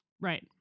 Right